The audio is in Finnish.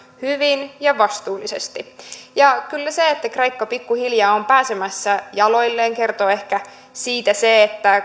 hyvin ja vastuullisesti kyllä siitä että kreikka pikkuhiljaa on pääsemässä jaloilleen kertoo ehkä se että